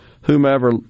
whomever